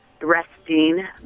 resting